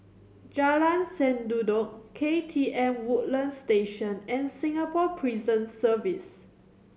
Jalan Sendudok K T M Woodlands Station and Singapore Prison Service